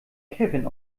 kevin